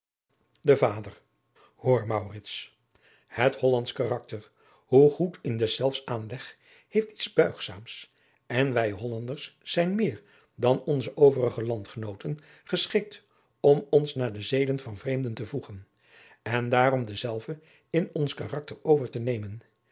de vader hoor maurits het hollandsch karakter hoe goed ook in deszelfs aanleg heeft iets buigzaams en wij hollanders zijn meer dan onze overige landgenooten geschikt om ons naar de zeden van vreemden te voegen en daarom dezelve in ons karakter over te nemen